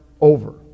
over